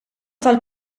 tal